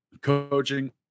Coaching